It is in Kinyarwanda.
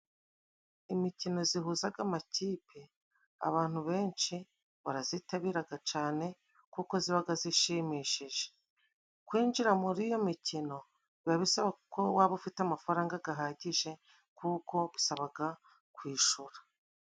Imikino ihuza amakipe, abantu benshi barayitabira cyane. Kuko iba ishimishije kwinjira muri iyo mikino, biba bisaba ko waba ufite amafaranga ahagije kuko bisaba ku ishyura.